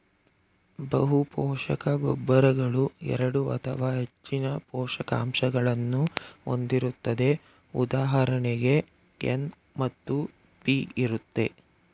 ಬಹುಪೋಷಕ ಗೊಬ್ಬರಗಳು ಎರಡು ಅಥವಾ ಹೆಚ್ಚಿನ ಪೋಷಕಾಂಶಗಳನ್ನು ಹೊಂದಿರುತ್ತದೆ ಉದಾಹರಣೆಗೆ ಎನ್ ಮತ್ತು ಪಿ ಇರುತ್ತೆ